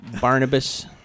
Barnabas